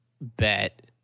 Bet